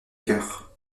cœur